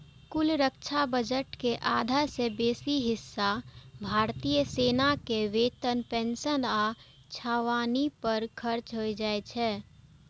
कुल रक्षा बजट के आधा सं बेसी हिस्सा भारतीय सेना के वेतन, पेंशन आ छावनी पर खर्च होइ छै